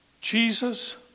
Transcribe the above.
Jesus